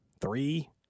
three